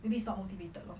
maybe he's not motivated lor